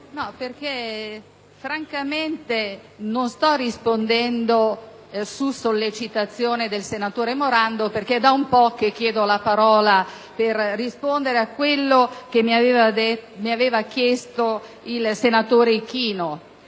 Presidente. Francamente non sto rispondendo su sollecitazione del senatore Morando, perché è da un po' che chiedo la parola per rispondere a quello che mi aveva chiesto il senatore Ichino.